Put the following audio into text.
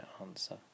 answer